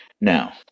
Now